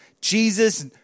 Jesus